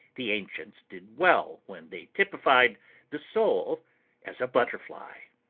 the ancients did well when they typified the soul as a butterfly!